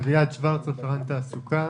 אביעד שוורץ, רפרנט תעסוקה.